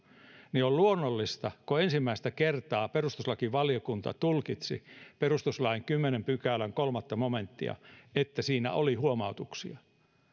että on luonnollista että kun ensimmäistä kertaa perustuslakivaliokunta tulkitsi perustuslain kymmenennen pykälän kolmas momenttia siinä oli huomautuksia